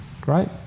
Great